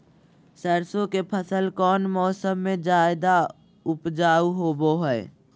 सरसों के फसल कौन मौसम में ज्यादा उपजाऊ होबो हय?